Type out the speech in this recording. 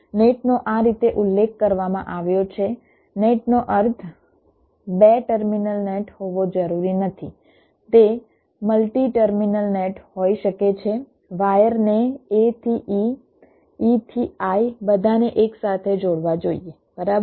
નેટનો આ રીતે ઉલ્લેખ કરવામાં આવ્યો છે નેટનો અર્થ 2 ટર્મિનલ નેટ હોવો જરૂરી નથી તે મલ્ટી ટર્મિનલ નેટ હોઈ શકે છે વાયરને a થી e e થી i બધાને એકસાથે જોડવા જોઈએ બરાબર